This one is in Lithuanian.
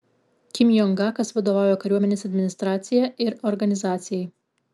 kim jong gakas vadovauja kariuomenės administracija ir organizacijai